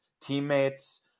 teammates